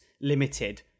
limited